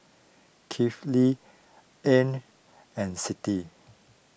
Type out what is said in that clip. Kifli an and Siti